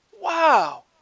wow